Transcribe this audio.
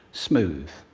smooth,